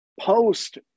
post